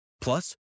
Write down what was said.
Plus